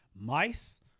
Mice